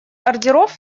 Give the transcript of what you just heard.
ордеров